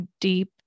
deep